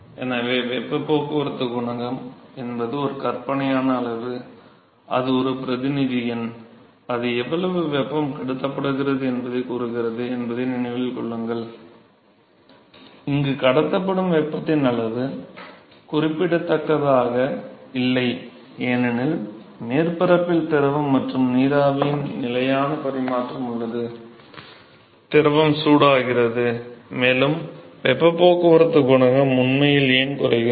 எனவே வெப்பப் போக்குவரத்துக் குணகம் என்பது ஒரு கற்பனையான அளவு அது ஒரு பிரதிநிதி எண் அது எவ்வளவு வெப்பம் கடத்தப்படுகிறது என்பதைக் கூறுகிறது என்பதை நினைவில் கொள்ளுங்கள் இங்கு கடத்தப்படும் வெப்பத்தின் அளவு குறிப்பிடத்தக்கதாக இல்லை ஏனெனில் மேற்பரப்பில் திரவம் மற்றும் நீராவியின் நிலையான பரிமாற்றம் உள்ளது திரவம் சூடாகிறது மேலும் வெப்பப் போக்குவரத்து குணகம் உண்மையில் ஏன் குறைகிறது